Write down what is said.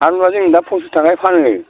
आलुआ जों दा पन्सास थाखायै फानो